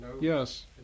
Yes